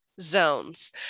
zones